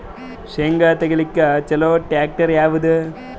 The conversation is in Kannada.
ಶೇಂಗಾ ತೆಗಿಲಿಕ್ಕ ಚಲೋ ಟ್ಯಾಕ್ಟರಿ ಯಾವಾದು?